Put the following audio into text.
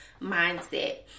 mindset